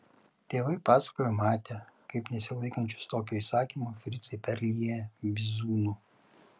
tėvai pasakojo matę kaip nesilaikančius tokio įsakymo fricai perlieja bizūnu